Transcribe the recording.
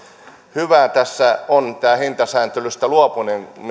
hyvää tässä on tämä hintasääntelystä luopuminen